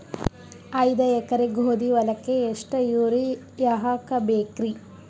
ಐದ ಎಕರಿ ಗೋಧಿ ಹೊಲಕ್ಕ ಎಷ್ಟ ಯೂರಿಯಹಾಕಬೆಕ್ರಿ?